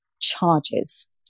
charges